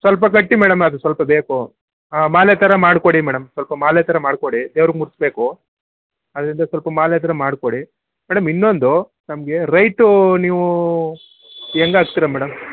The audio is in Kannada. ಸ್ವಲ್ಪ ಕಟ್ಟಿ ಮೇಡಮ್ ಅದು ಸ್ವಲ್ಪ ಬೇಕು ಹಾ ಮಾಲೆ ಥರ ಮಾಡ್ಕೊಡಿ ಮೇಡಮ್ ಸ್ವಲ್ಪ ಮಾಲೆ ಥರ ಮಾಡ್ಕೊಡಿ ದೇವ್ರಿಗೆ ಮುಡಿಸ್ಬೇಕು ಅದರಿಂದ ಸ್ವಲ್ಪ ಮಾಲೆ ಥರ ಮಾಡ್ಕೊಡಿ ಮೇಡಮ್ ಇನ್ನೊಂದು ನಮಗೆ ರೈಟೂ ನೀವು ಹೆಂಗೆ ಹಾಕ್ತೀರಿ ಮೇಡಮ್